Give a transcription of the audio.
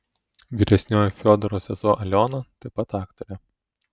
vyresnioji fiodoro sesuo aliona taip pat aktorė